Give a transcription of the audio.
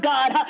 God